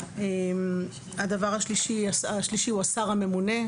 הדבר השלישי הוא השר הממונה.